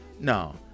No